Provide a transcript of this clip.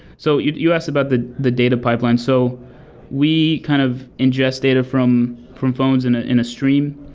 so you you asked about the the data pipeline. so we kind of ingest data from from phones in ah in a stream.